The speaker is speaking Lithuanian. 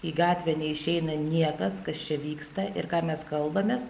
į gatvę neišeina niekas kas čia vyksta ir ką mes kalbamės